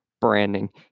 branding